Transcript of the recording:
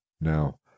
Now